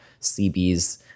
CBs